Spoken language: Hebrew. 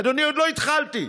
אדוני, עוד לא התחלתי.